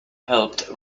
helped